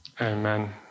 Amen